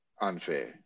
unfair